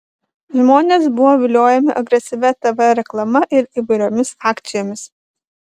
žmonės buvo viliojami agresyvia tv reklama ir įvairiomis akcijomis